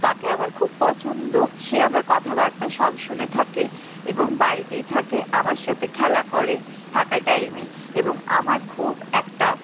তাকে আমার খুব পছন্দ সে আমার কথাবার্তা সব শুনে থাকে এবং বাড়িতেই থাকে আমার সাথে খেলা করে ফাঁকা টাইমে এবং আমার খুব একটা